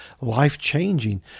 life-changing